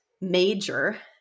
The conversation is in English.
major